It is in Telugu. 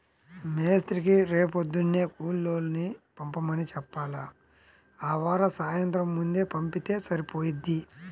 మేస్త్రీకి రేపొద్దున్నే కూలోళ్ళని పంపమని చెప్పాల, ఆవార సాయంత్రం ముందే పంపిత్తే సరిపోయిద్ది